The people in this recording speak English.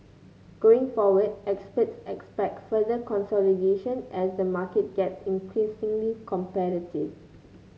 going forward experts expect further consolidation as the market gets increasingly competitive